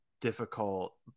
difficult